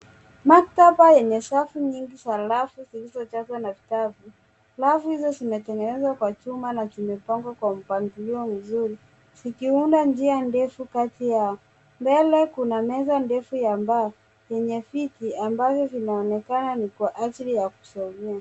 Maktaba yenye safu nyingi za rafu zilizojazwa na vitabu. Rafu hizo zimetengenezwa kwa chuma na zimepangwa kwa mpangilio mzuri zikiunda njia ndefu kati yao. Mbele kuna meza ndefu ya mbao yenye viti ambavyo vinaonekana ni kwa ajili ya kusomea.